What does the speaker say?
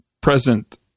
present